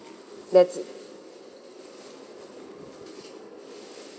that's it